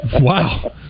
Wow